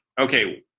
okay